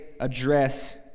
address